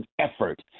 effort